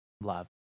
love